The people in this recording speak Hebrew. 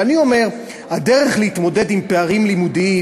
ואני אומר שהדרך להתמודד עם פערים לימודיים